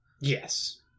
Yes